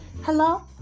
hello